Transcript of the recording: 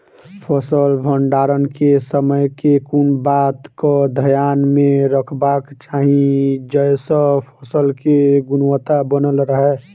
फसल भण्डारण केँ समय केँ कुन बात कऽ ध्यान मे रखबाक चाहि जयसँ फसल केँ गुणवता बनल रहै?